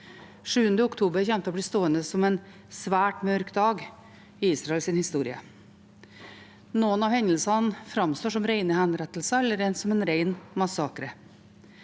7. oktober kommer til å bli stående som en svært mørk dag i Israels historie. Noen av hendelsene framstår som rene henrettelser og rene massakrer.